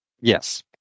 Yes